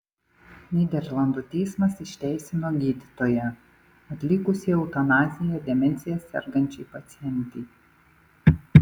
nyderlandų teismas išteisino gydytoją atlikusį eutanaziją demencija sergančiai pacientei